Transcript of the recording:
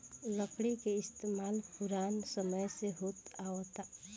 लकड़ी के इस्तमाल पुरान समय से होत आवता